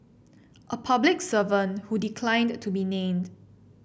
a public servant who declined to be named